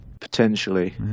Potentially